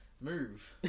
move